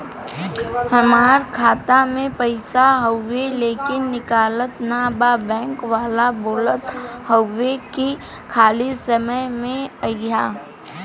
हमार खाता में पैसा हवुवे लेकिन निकलत ना बा बैंक वाला बोलत हऊवे की खाली समय में अईहा